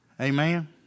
Amen